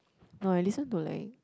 no I listen to like